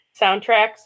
soundtracks